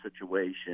situation